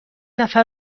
نفر